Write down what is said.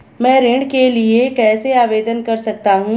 मैं ऋण के लिए कैसे आवेदन कर सकता हूं?